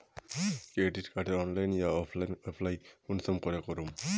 Credit कार्डेर online या offline apply कुंसम करे करूम?